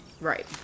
Right